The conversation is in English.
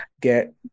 get